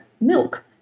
milk